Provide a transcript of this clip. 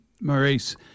Maurice